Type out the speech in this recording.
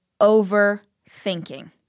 overthinking